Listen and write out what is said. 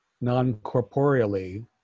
non-corporeally